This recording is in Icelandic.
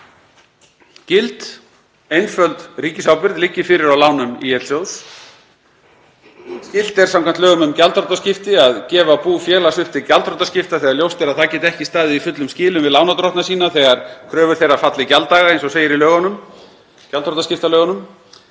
gild einföld ríkisábyrgð liggi fyrir á lánum ÍL-sjóðs. Skylt er samkvæmt lögum um gjaldþrotaskipti að gefa bú félags upp til gjaldþrotaskipta þegar ljóst er að það geti ekki staðið í fullum skilum við lánardrottna sína „þegar kröfur þeirra falla í gjalddaga“, eins og segir í gjaldþrotaskiptalögunum.